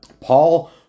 Paul